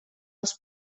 als